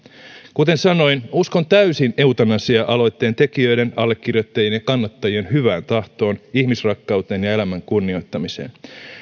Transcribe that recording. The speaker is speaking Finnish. kuten sanoin uskon täysin eutanasia aloitteen tekijöiden allekirjoittajien ja kannattajien hyvään tahtoon ihmisrakkauteen ja elämän kunnioittamiseen